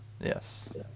Yes